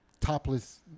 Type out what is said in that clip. topless